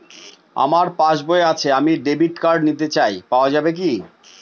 আমার পাসবই আছে আমি ডেবিট কার্ড নিতে চাই পাওয়া যাবে কি?